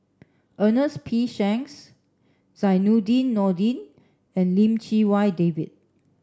Ernest P Shanks Zainudin Nordin and Lim Chee Wai David